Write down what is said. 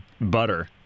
butter